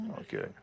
Okay